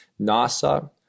NASA